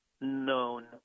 known